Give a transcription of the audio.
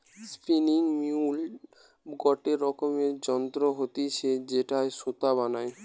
spinning mule গটে রকমের যন্ত্র হতিছে যেটায় সুতা বানায়